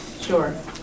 Sure